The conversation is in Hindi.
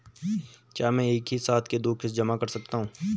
क्या मैं एक ही साथ में दो किश्त जमा कर सकता हूँ?